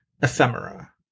ephemera